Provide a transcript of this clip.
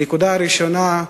הנקודה הראשונה,